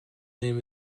name